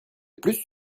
plus